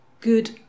good